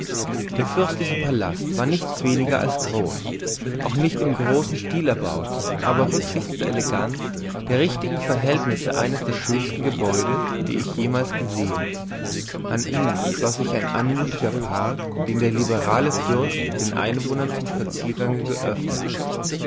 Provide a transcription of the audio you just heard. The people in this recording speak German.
der fürstliche palast war nichts weniger als groß auch nicht im großen stil erbaut aber rücksichts der eleganz der richtigen verhältnisse eines der schönsten gebäude die ich jemals gesehen an ihn schloß sich ein anmutiger park den der liberale fürst den einwohnern zum spaziergange geöffnet